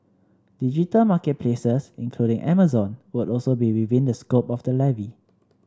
digital market places including Amazon would also be within the scope of the levy